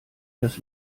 das